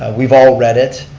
we've all read it,